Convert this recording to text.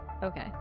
Okay